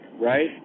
right